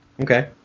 Okay